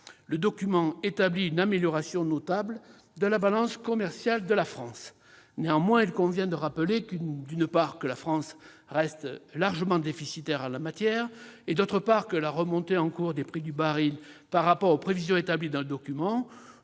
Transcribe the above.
également sur une amélioration notable de la balance commerciale de la France. Néanmoins, il convient de rappeler, d'une part, que la France reste largement déficitaire en la matière, et, d'autre part, que la remontée en cours des prix du baril par rapport aux prévisions établies dans le document,